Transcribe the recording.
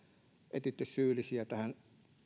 etsitty syyllisiä tähän